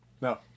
No